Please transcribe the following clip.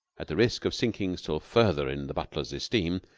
at the risk of sinking still further in the butler's esteem,